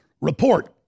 Report